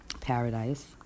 paradise